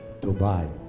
Dubai